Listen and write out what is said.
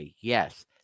yes